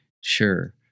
Sure